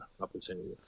opportunity